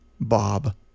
Bob